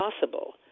possible